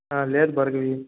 లేదు భార్గవి